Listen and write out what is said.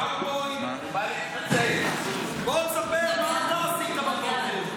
בוא, תספר מה אתה עשית בבוקר.